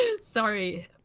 Sorry